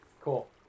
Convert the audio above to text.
Cool